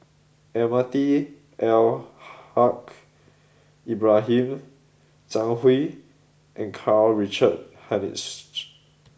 Almahdi Al Haj Ibrahim Zhang Hui and Karl Richard Hanitsch